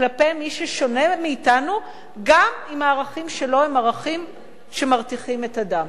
כלפי מי ששונה מאתנו גם אם הערכים שלו הם ערכים שמרתיחים את הדם?